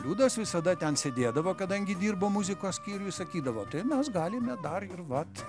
liudas visada ten sėdėdavo kadangi dirbo muzikos kirviu sakydavo tai mes galime dar ir vat